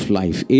life